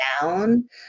down